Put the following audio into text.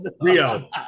Rio